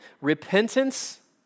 repentance